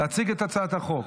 להציג את הצעת החוק.